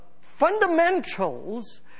fundamentals